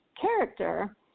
character